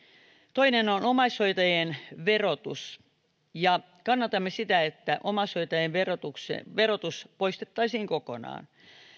toinen on omaishoitajien verotus kannatamme sitä että omaishoitajien verotus poistettaisiin kokonaan